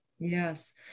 Yes